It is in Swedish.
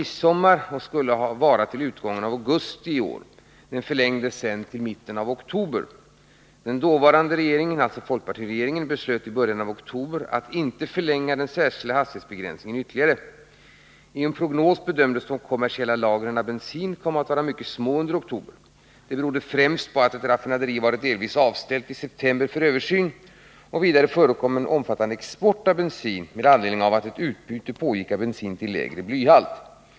Den dåvarande regeringen beslöt i början av oktober att inte förlänga den särskilda hastighetsbegränsningen ytterligare. I en prognos bedömdes de kommersiella lagren av bensin komma att vara mycket små under oktober. Detta berodde främst på att ett raffinaderi varit delvis avställt i september för översyn. Vidare förekom en omfattande export av bensin med anledning av att ett utbyte pågick av bensin till lägre blyhalt.